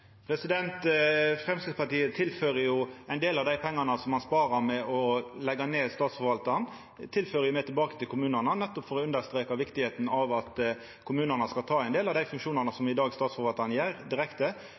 Framstegspartiet tilfører jo ein del av dei pengane som ein sparar på å leggja ned Statsforvaltaren, tilbake til kommunane, nettopp for å understreka viktigheita av at kommunane skal ta ein del av dei funksjonane som Statsforvaltaren i dag har, direkte.